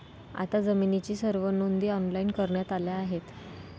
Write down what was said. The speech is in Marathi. आता जमिनीच्या सर्व नोंदी ऑनलाइन करण्यात आल्या आहेत